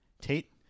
Tate